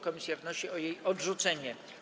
Komisja wnosi o jej odrzucenie.